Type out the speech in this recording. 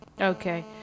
Okay